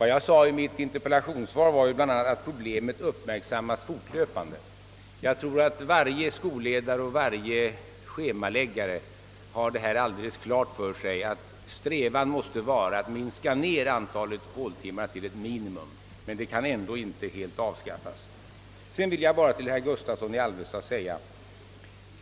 mitt svar sade jag bl.a. att problemet uppmärksammas fortlöpande. Jag tror att varje skolledare och schemaläggare har klart för sig, att strävan måste vara att minska antalet håltimmar till ett minimum, men systemet kan ändå inte helt avskaffas.